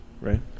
right